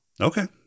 Okay